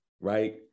right